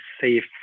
safe